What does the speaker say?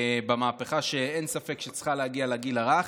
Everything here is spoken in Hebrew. במהפכה שאין ספק שצריכה להגיע לגיל הרך,